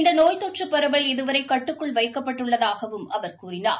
இந்த நோய் தொற்று பரவல் இதுவரை கட்டுக்குள் வைக்கப்பட்டுள்ளதாகவும் அவர் கூறினார்